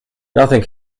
nothing